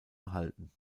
erhalten